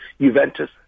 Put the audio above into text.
Juventus